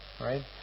right